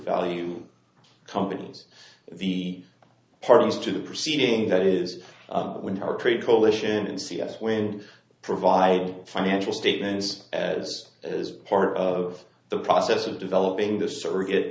value companies the parties to the proceedings that is when our trade coalition and c s wind provide financial statements as as part of the process of developing the surrogate